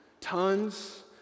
tons